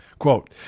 Quote